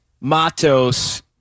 Matos